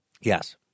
Yes